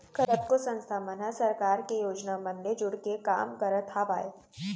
कतको संस्था मन ह सरकार के योजना मन ले जुड़के काम करत हावय